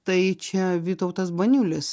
tai čia vytautas baniulis